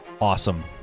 awesome